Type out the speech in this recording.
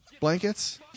Blankets